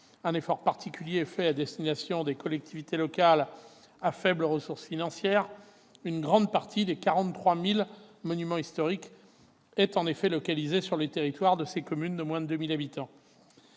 Un effort particulier est fait à destination des collectivités locales à faibles ressources financières ; une grande partie des 43 000 monuments historiques est en effet localisée sur le territoire des communes de moins de 2 000 habitants.